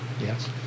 yes